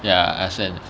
ya I also have